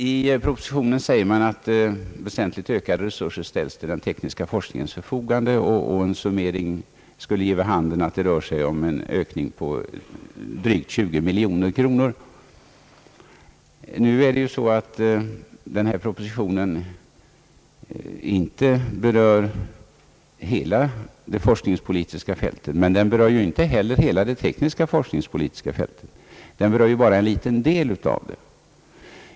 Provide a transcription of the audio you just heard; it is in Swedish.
I propositionen säger man att väsentligt ökade resurser ställs till den tekniska forskningens förfogande. En summering skulle ge vid handen, att det rör sig om en ökning om drygt 20 miljoner kronor. Nu är det ju så att denna proposition inte berör hela det forskningspolitiska fältet, men den berör inte heller hela det tekniska forskningsfältet. Den berör bara en liten del av det.